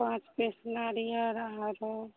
पाँच पीस नारिअर अहाँके